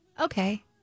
Okay